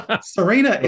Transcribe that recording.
Serena